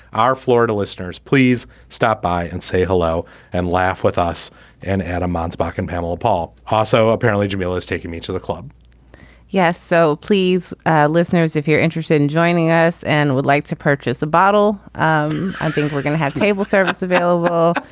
our florida listeners please stop by and say hello and laugh with us and add a man's back in panel paul. also apparently jamal is taking me to the club yes. so please listeners if you're interested in joining us and would like to purchase the bottle. um i think we're going to have table service available.